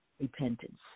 Repentance